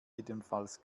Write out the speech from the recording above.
jedenfalls